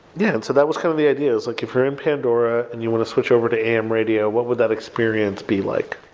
yeah. and so that was kind of the idea. it's like if you're in pandora and you want to switch over to am radio, what would that experience be like?